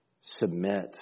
Submit